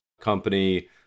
company